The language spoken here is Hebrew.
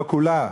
לא כולה,